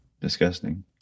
Disgusting